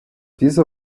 diese